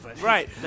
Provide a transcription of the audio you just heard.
Right